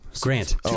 Grant